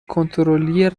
کنترلی